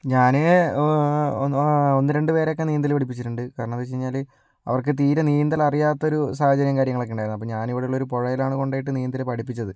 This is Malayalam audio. ഞാന് ഒന്ന് രണ്ട് പേരോക്കെ നീന്തല് പഠിപ്പിച്ചിട്ടുണ്ട് കാരണമെന്ന് വച്ച് കഴിഞ്ഞാല് അവർക്ക് തീരെ നീന്തലറിയാത്തൊരു സാഹചര്യം കാര്യങ്ങളൊക്കെ ഉണ്ടായിരുന്നു അപ്പോൾ ഞാനിവിടുള്ളോരു പുഴയിലാണ് കൊണ്ടുപോയിട്ട് നീന്തല് പഠിപ്പിച്ചത്